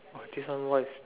!wah! this one what is